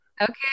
Okay